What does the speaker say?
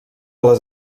les